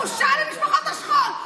בושה למשפחות השכול.